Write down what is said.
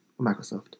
Microsoft